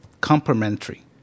complementary